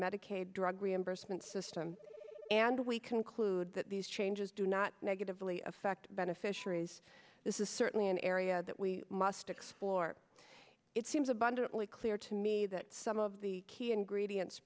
medicaid drug reimbursement system and we conclude that these changes do not negatively affect beneficiaries this is certainly an area that we must explore it seems abundantly clear to me that some of the key ingredients